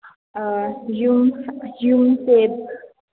ꯑꯥ ꯌꯨꯝ ꯌꯨꯝꯁꯦ